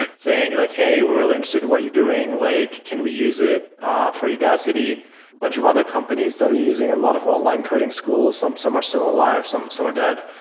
and saying like, hey, we're really interested in what you're doing. like can we use it ah for yeah udacity? a bunch of other companies started using a lot of online coding schools. some some are still alive. some some are dead.